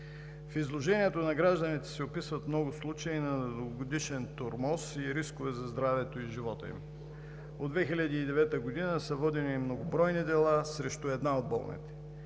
В изложението на гражданите се описват много случаи на дългогодишен тормоз и рискове за здравето и живота им. От 2009 г. са водени многобройни дела срещу една от болните.